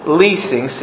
leasing